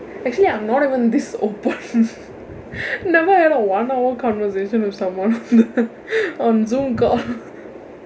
actually I'm not even this open நம்ம என்ன:namma enna one hour conversation with someone on the on zoom call